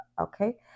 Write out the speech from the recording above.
okay